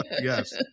Yes